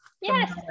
yes